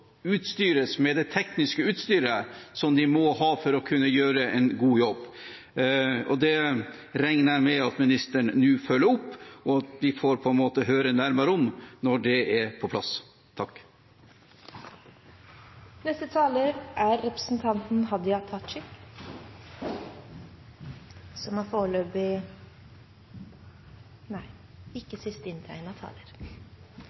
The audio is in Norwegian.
utstyres med det tekniske utstyret som de må ha for å kunne gjøre en god jobb. Det regner jeg med at ministeren nå følger opp, og at vi får høre nærmere om det når det er på plass. Eg takkar for diskusjonen, og eg vil gjerne referera til eit par ting som er